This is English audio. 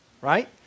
Right